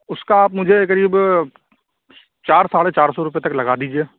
اُس کا آپ مجھے قریب چار ساڑھے چار سو روپے تک لگا دیجیے